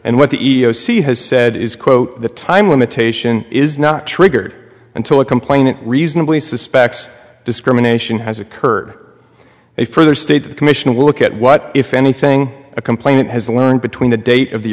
and what the e e o c has said is quote the time limitation is not triggered until a complainant reasonably suspects discrimination has occurred a further state of commission will look at what if anything a complaint has learned between the date of the